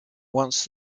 once